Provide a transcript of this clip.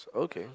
okay